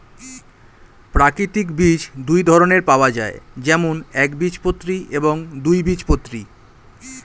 প্রাকৃতিক বীজ দুই ধরনের পাওয়া যায়, যেমন একবীজপত্রী এবং দুই বীজপত্রী